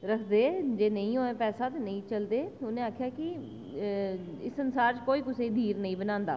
ते रक्खदे ते अगर नेईं होऐ पैसा ते नेईं रक्खदे उनें आक्खेआ कि संसार कोई कुसै गी गरीब नेईं बनांदा